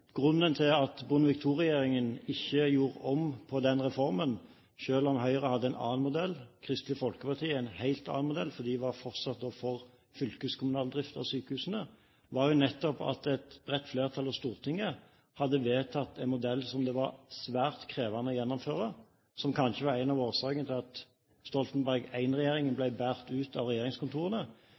Grunnen til at Bondevik II-regjeringen ikke gjorde om på den reformen – selv om Høyre hadde en annen modell og Kristelig Folkeparti en helt annen modell, for de var da fortsatt for en fylkeskommunal drift av sykehusene – var jo nettopp at et bredt flertall i Stortinget hadde vedtatt en modell som det var svært krevende å gjennomføre, som kanskje var en av årsakene til at Stoltenberg I-regjeringen ble båret ut av regjeringskontorene,